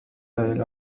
إلى